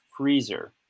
freezer